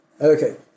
Okay